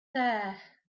there